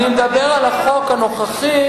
אני מדבר על החוק הנוכחי,